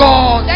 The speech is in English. God